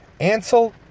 Ansel